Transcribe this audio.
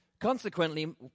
Consequently